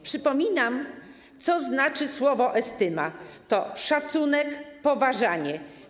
Przypominam, co znaczy słowo ˝estyma˝ - to szacunek, poważanie.